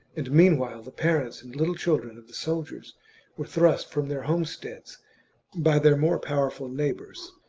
and meanwhile the parents and little children of the soldiers were thrust from their homesteads by their more powerful neighbours.